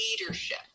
leadership